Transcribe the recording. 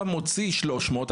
אבל אם אתה עכשיו מוציא 300,